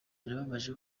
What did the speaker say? birababaje